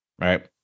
right